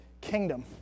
kingdom